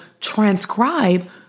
transcribe